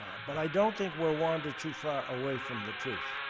but i don't think we'll wander too far away from the truth.